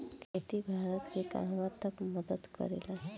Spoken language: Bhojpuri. खेती भारत के कहवा तक मदत करे ला?